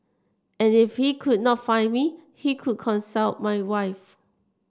and if he could not find me he could consult my wife